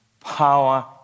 Power